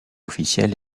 officielle